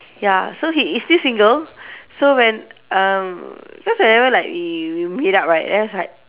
ya so he is still single so when um cause I ever like we we meet up right then I was like